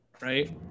right